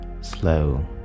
slow